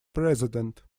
president